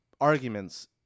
arguments